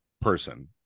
person